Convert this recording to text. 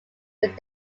but